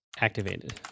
Activated